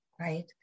Right